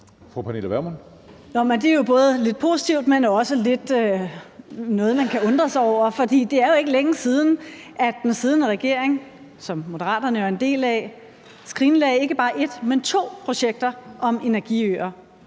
Det er jo både lidt positivt, men der er også noget, man kan undre sig over. For det er jo ikke længe siden, at den siddende regering, som Moderaterne jo er en del af, skrinlagde ikke bare et, men to projekter om energiøer,